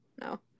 no